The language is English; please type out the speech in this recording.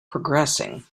progressing